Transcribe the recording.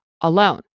alone